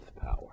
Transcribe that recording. power